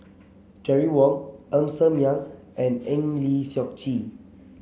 Terry Wong Ng Ser Miang and Eng Lee Seok Chee